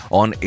on